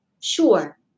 sure